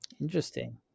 Interesting